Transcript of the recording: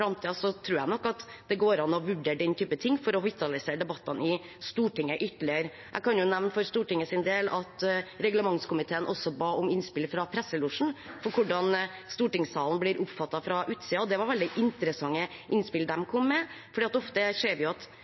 tror jeg selvsagt at det er mulig å vurdere den typen ting for å vitalisere debattene i Stortinget ytterligere. Jeg kan for Stortingets del nevne at reglementskomiteen også ba om innspill fra presselosjen om hvordan stortingssalen blir oppfattet fra utsiden, og det var veldig interessante innspill de kom med, for ofte ser vi